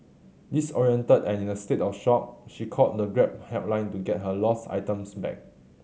disoriented and in a state of shock she called the Grab helpline to get her lost items back